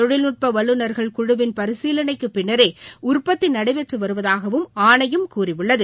தொழில் நுட்ப வல்லுநர்கள் குழுவின் பரிசீலனைக்குப் பின்னரே உற்பத்தி நடைபெற்று வருவதாகவும் ஆணையம் கூறியுள்ளது